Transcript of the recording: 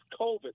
COVID